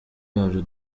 yaje